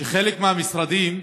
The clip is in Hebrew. שחלק מהמשרדים